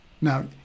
now